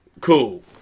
cool